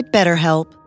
BetterHelp